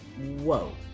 Whoa